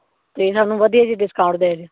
ਅਤੇ ਸਾਨੂੰ ਵਧੀਆ ਜਿਹੀ ਡਿਸਕਾਊਂਟ ਦਿਓ ਜੇ